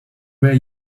were